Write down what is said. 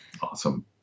Awesome